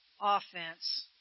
offense